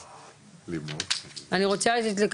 בבקשה.